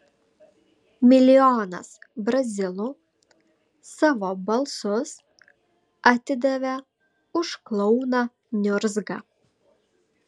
milijonas brazilų savo balsus atidavė už klouną niurzgą